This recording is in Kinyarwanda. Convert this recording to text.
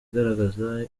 igaragaza